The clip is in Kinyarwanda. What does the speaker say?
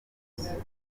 basiba